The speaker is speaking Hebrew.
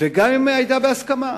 וגם אם היתה הסכמה.